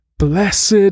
Blessed